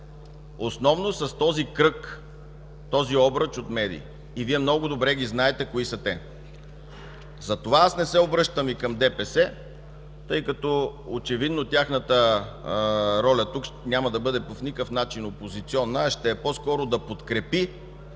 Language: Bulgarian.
основно с този кръг, обръч от медии. Вие много добре ги знаете кои са те. Затова не се обръщам към ДПС, тъй като очевидно тяхната роля тук няма да бъде по никакъв начин опозиционна, а по-скоро да подкрепят